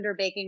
Underbaking